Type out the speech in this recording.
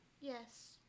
Yes